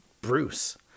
Bruce